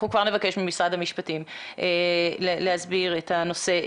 אנחנו כבר נבקש ממשרד המשפטים להסביר את הנושא.